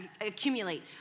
accumulate